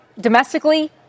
domestically